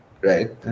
right